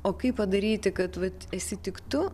o kaip padaryti kad vat esi tik tu